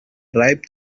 ripe